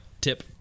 tip